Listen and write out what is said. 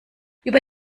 über